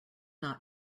not